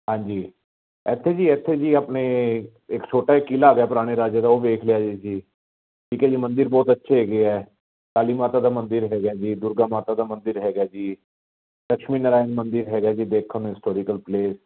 ਹਾਂਜੀ ਇੱਥੇ ਜੀ ਇੱਥੇ ਜੀ ਆਪਣੇ ਇੱਕ ਛੋਟਾ ਇੱਕ ਛੋਟਾ ਕਿਲਾ ਹੋ ਗਿਆ ਪੁਰਾਣੇ ਰਾਜੇ ਦਾ ਉਹ ਵੇਖ ਲਿਆ ਜੀ ਠੀਕ ਹੈ ਜੀ ਮੰਦਰ ਬਹੁਤ ਅੱਛੇ ਹੈਗੇ ਆ ਕਾਲੀ ਮਾਤਾ ਦਾ ਮੰਦਰ ਹੈਗੇ ਦੁਰਗਾ ਮਾਤਾ ਦਾ ਮੰਦਰ ਹੈਗਾ ਜੀ ਲਛਮੀ ਨਰਾਇਣ ਦਾ ਮੰਦਰ ਹੈਗਾ ਜੀ ਦੇਖਣ ਨੂੰ ਹਿਸਟੋਰੀਕਲ ਪਲੇਸ